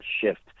shift